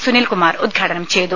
സുനിൽകുമാർ ഉദ്ഘാടനം ചെയ്തു